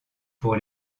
pour